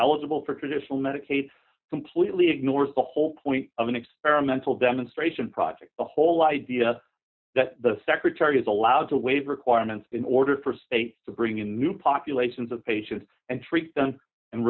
eligible for traditional medicaid completely ignores the whole point of an experimental demonstration project the whole idea that the secretary is allowed to waive requirements in order for states to bring in new populations of patients and treat them and